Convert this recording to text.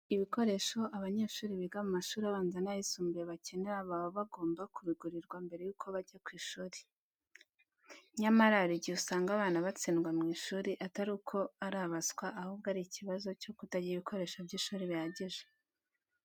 Ibikoresho abanyeshuri biga mu mashuri abanza n'ayisumbuye bakenera baba bagomba kubigurirwa mbere yo kujya ku ishuri. Nyamara, hari igihe usanga abana batsindwa mu ishuri atari uko ari abaswa, ahubwo ari ikibazo cyo kutagira ibikoresho by'ishuri bihagije.